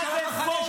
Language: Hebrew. אתה אחראי.